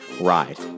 ride